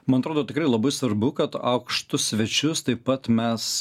man atrodo tikrai labai svarbu kad aukštus svečius taip pat mes